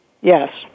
Yes